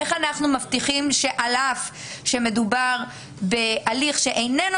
איך אנחנו מבטיחים שעל אף שמדובר בהליך שאיננו